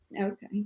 Okay